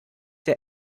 der